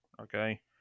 okay